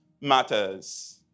matters